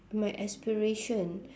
my aspiration